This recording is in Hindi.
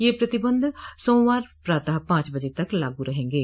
यह प्रतिबंध सोमवार प्रातः पांच बजे तक लागू रहेंगे